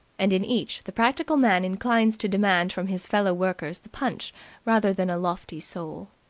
and in each the practical man inclines to demand from his fellow-workers the punch rather than a lofty soul.